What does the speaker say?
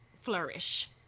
flourish